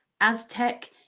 Aztec